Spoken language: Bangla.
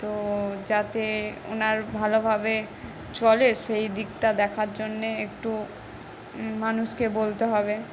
তো যাতে ওনার ভালোভাবে চলে সেই দিকটা দেখার জন্যে একটু মানুষকে বলতে হবে